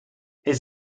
his